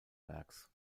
werks